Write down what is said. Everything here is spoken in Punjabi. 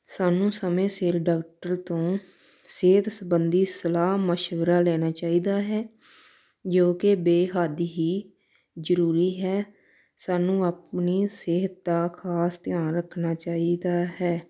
ਸਾਨੂੰ ਸਮੇਂ ਸਿਰ ਡਾਕਟਰ ਤੋਂ ਸਿਹਤ ਸਬੰਧੀ ਸਲਾਹ ਮਸ਼ਵਰਾ ਲੈਣਾ ਚਾਹੀਦਾ ਹੈ ਜੋ ਕਿ ਬੇਹੱਦ ਹੀ ਜ਼ਰੂਰੀ ਹੈ ਸਾਨੂੰ ਆਪਣੀ ਸਿਹਤ ਦਾ ਖ਼ਾਸ ਧਿਆਨ ਰੱਖਣਾ ਚਾਹੀਦਾ ਹੈ